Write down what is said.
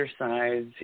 Exercise